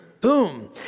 Boom